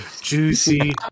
juicy